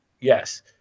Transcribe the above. yes